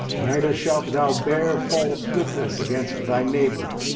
neither shalt thou bear false witness against thy neighbour.